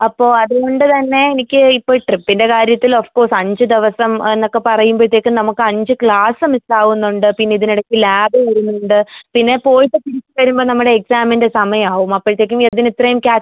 അപ്പോൾ അതുകൊണ്ട് തന്നെ എനിക്ക് ഇപ്പോൾ ട്രിപ്പിന്റെ കാര്യത്തിലൊഫ്ക്കോഴ്സ് അഞ്ച് ദിവസം എന്നൊക്കെ പറയുമ്പോഴത്തേക്കും നമുക്ക് അഞ്ച് ക്ലാസ്സ് മിസ്സാവുന്നുണ്ട് പിന്നിതിനിടക്ക് ലാബ് വരുന്നുണ്ട് പിന്നെ പോയിട്ട് തിരിച്ച് വരുമ്പോൾ നമ്മുടെ എക്സാമിന്റെ സമയവും അപ്പോഴത്തേക്കും യതിൻ ഇത്രേം ക്യാച്ച്